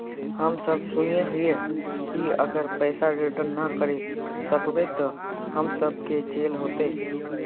हम सब सुनैय हिये की अगर पैसा रिटर्न ना करे सकबे तो हम सब के जेल होते?